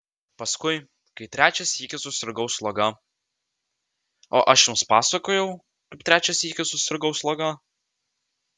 paskui kai trečią sykį susirgau sloga o aš jums pasakojau kaip trečią sykį susirgau sloga